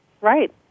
Right